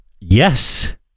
yes